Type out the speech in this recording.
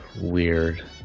weird